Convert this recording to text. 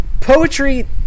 poetry